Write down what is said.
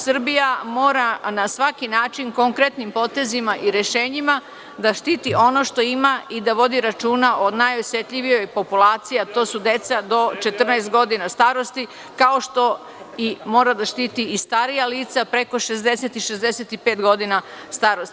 Srbija mora na svaki način konkretnim potezima i rešenjima da štiti ono što ima i da vodi računa o najosetljivijoj populaciji, a to su deca do 14 godina starosti kao što i mora da štiti i starija lica preko 60 i 65 godina starosti.